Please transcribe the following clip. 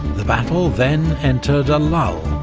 the battle then entered a lull,